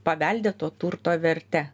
paveldėto turto vertę